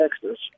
Texas